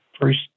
first